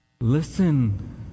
Listen